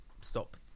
stop